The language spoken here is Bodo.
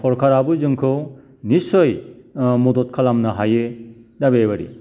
सरकाराबो जोंखौ नितसय मदद खालामनो हायो दा बेबायदि